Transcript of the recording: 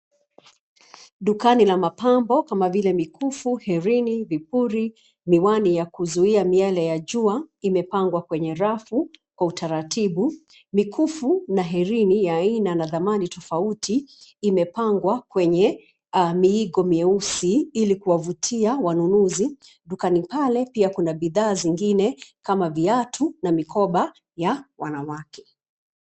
Dukani la mapambo kama vile: mikufu, herini, vipuli, miwani ya kuzuia miale ya jua, imepangwa kwenye rafu kwa utaratibu. Mikufu na herini ya aina na thamani tofauti imepangwa kwenye miigo mieusi ilikuwavutia wanunuzi. Dukani pale pia kuna bidhaa zingine kama viatu na mikoba ya wanawake.